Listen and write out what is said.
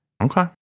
Okay